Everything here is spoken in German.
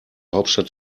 hauptstadt